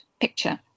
picture